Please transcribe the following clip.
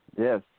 Yes